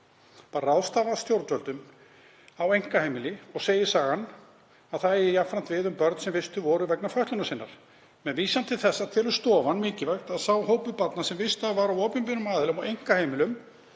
var ráðstafað af stjórnvöldum á einkaheimili, og segir sagan að það eigi jafnframt við um börn sem vistuð voru vegna fötlunar sinnar. Með vísan til þessa telur stofan mikilvægt að sá hópur barna sem vistaður var af opinberum aðila á einkaheimilum,